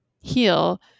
heal